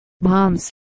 bombs